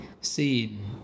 seen